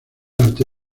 arte